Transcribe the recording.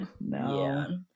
No